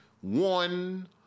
one